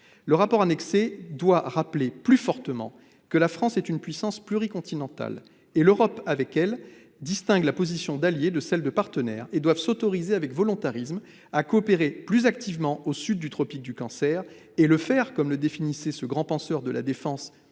Le rapport annexé doit rappeler plus fortement que la France est une puissance pluricontinentale et l'Europe avec elle distingue la position d'alliée de celle de partenaire et doit s'autoriser avec volontarisme à coopérer plus activement au sud du tropique du cancer et le faire, comme le définissait ce grand penseur de la défense